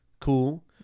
cool